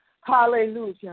Hallelujah